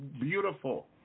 beautiful